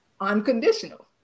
unconditional